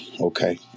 Okay